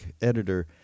editor